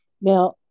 Now